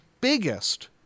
biggest